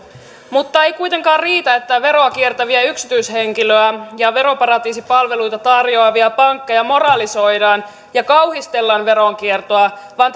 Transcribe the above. mutta ei kuitenkaan riitä että veroa kiertäviä yksityishenkilöitä ja veroparatiisipalveluita tarjoavia pankkeja moralisoidaan ja kauhistellaan veronkiertoa vaan